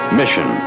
mission